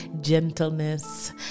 gentleness